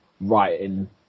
writing